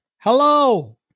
Hello